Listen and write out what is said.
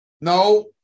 No